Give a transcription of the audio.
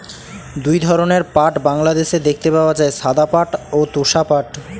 দুই ধরনের পাট বাংলাদেশে দেখতে পাওয়া যায়, সাদা পাট ও তোষা পাট